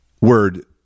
word